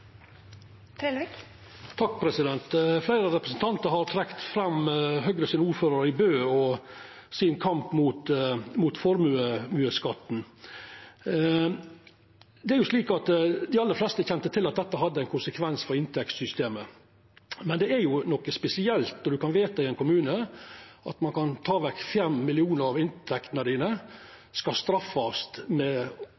Fleire representantar har trekt fram Høgre sin ordførar i Bø og hans kamp mot formuesskatten. Dei aller fleste kjente til at dette hadde ein konsekvens for inntektssystemet. Men det er noko spesielt når ein kan vedta i ein kommune at ein kan ta vekk 5 mill. kr av inntektene,